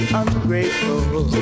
ungrateful